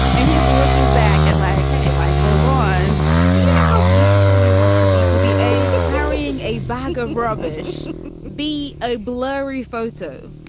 and he's looking back at like, hey, life goes on. do you know how beautiful you have to be to be a guy carrying a bag of rubbish to be a blurry photo?